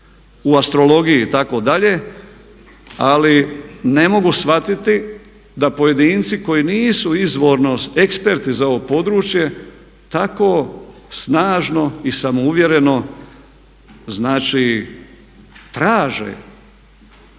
u astrologiji itd. ali ne mogu shvatiti da pojedinci koji nisu izvorno eksperti za ovo područje tako snažno i samouvjereno znači traže